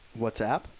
WhatsApp